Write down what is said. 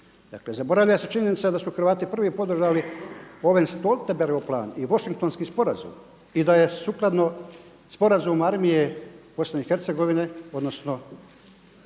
zaboravlja se činjenica da su Hrvati prvi podržali Owen Stoltenbergov plan i Washingtonski sporazum i da je sukladno sporazumu Armije Bosne i Hercegovine odnosno